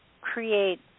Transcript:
create